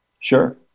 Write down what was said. Sure